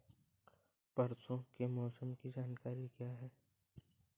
परसों के मौसम की जानकारी क्या है?